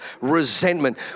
resentment